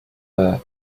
their